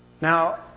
Now